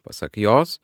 pasak jos